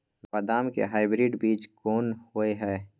बदाम के हाइब्रिड बीज कोन होय है?